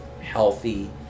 healthy